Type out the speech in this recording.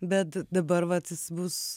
bet dabar vat jis bus